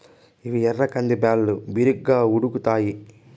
ఇవి ఎర్ర కంది బ్యాళ్ళు, బిరిగ్గా ఉడుకుతాయి